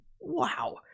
Wow